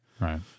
Right